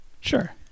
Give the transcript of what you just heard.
Sure